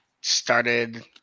started